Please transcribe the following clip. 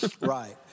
Right